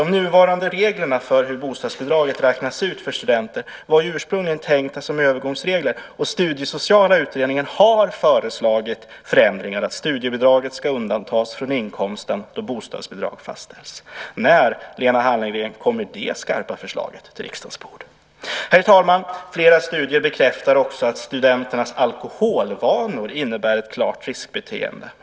De nuvarande reglerna för hur bostadsbidraget räknas ut för studenter var ursprungligen tänkt som övergångsregler. Studiesociala utredningen har föreslagit förändringar, att studiebidraget ska undantas från inkomsten då bostadsbidrag fastställs. När, Lena Hallengren, kommer det skarpa förslaget på riksdagens bord? Herr talman! Flera studier bekräftar också att studenternas alkoholvanor innebär ett klart riskbeteende.